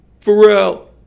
Pharrell